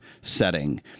setting